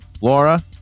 Laura